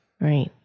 Right